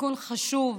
תיקון חשוב.